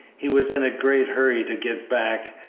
he was in a great hurry to get back,